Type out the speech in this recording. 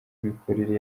imikorere